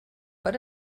per